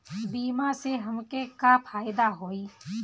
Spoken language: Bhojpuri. बीमा से हमके का फायदा होई?